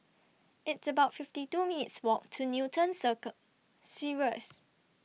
It's about fifty two minutes' Walk to Newton Circle Cirus